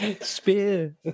spear